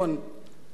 מאז הוא קפא,